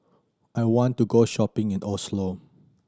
I want to go shopping in the Oslo